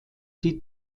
die